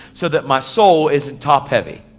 so that my soul isn't top heavy.